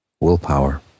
willpower